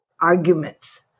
arguments